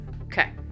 Okay